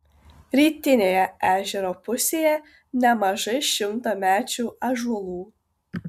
rytinėje ežero pusėje nemažai šimtamečių ąžuolų